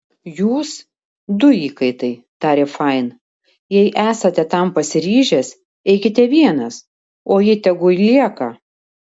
jūs du įkaitai tarė fain jei esate tam pasiryžęs eikite vienas o ji tegu lieka